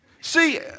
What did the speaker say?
See